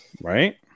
right